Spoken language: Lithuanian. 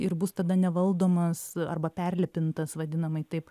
ir bus tada nevaldomas arba perlipintas vadinamai taip